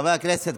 חברי הכנסת,